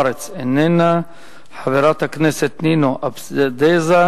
חברת הכנסת אורית זוארץ,